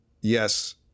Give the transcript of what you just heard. yes